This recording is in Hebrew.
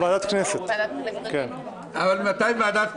ועדת הכנסת.